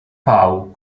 pau